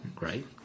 right